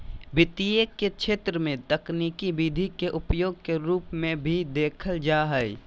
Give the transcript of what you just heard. वित्त के क्षेत्र में तकनीकी विधि के उपयोग के रूप में भी देखल जा हइ